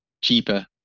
cheaper